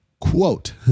Quote